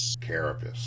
Carapace